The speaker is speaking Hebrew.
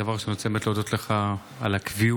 דבר ראשון אני רוצה באמת להודות לך על הקביעות,